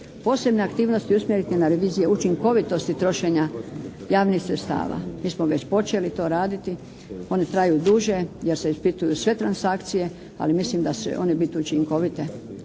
Posebne aktivnosti usmjeriti na revizije učinkovitosti trošenja javnih sredstava. Mi smo već počeli to raditi, oni traju duže jer se ispituju sve transakcije, ali mislim da će one biti učinkovite